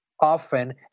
often